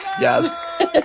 Yes